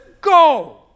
go